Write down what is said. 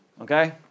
Okay